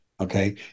okay